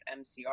MCR